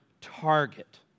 target